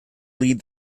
lead